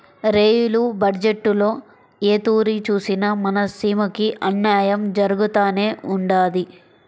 rail బజ్జెట్టులో ఏ తూరి సూసినా మన సీమకి అన్నాయం జరగతానే ఉండాది